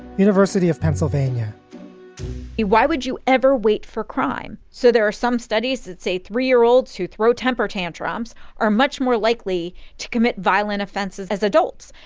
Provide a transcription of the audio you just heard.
university of pennsylvania why would you ever wait for crime? so there are some studies that say three year olds who throw temper tantrums are much more likely to commit violent offenses as adults.